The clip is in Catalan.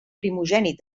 primogènit